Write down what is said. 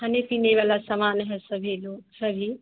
खाने पीने वाला सामान है सभी वह सभी